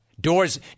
Doors